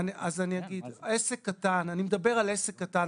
אני מדבר על עסק קטן.